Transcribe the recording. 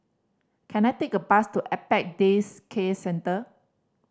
can I take a bus to Apex Day Care Centre